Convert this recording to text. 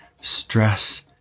stress